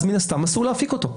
מן הסתם אסור להפיק אותו.